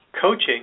coaching